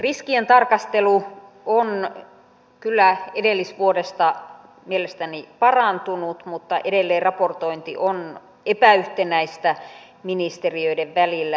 riskien tarkastelu on kyllä edellisvuodesta mielestäni parantunut mutta edelleen raportointi on epäyhtenäistä ministeriöiden välillä